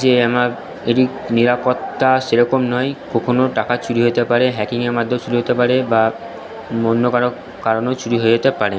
যে আমার এটির নিরাপত্তা সে রকম নয় কখনও টাকা চুরি হতে পারে হ্যাকিংয়ের মাধ্যমেও চুরি হতে পারে বা অন্য কারও কারণেও চুরি হয়ে যেতে পারে